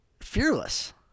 fearless